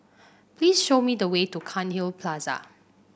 please show me the way to Cairnhill Plaza